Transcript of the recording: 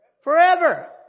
Forever